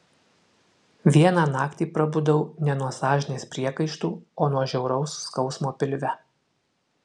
vieną naktį prabudau ne nuo sąžinės priekaištų o nuo žiauraus skausmo pilve